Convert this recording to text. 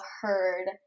heard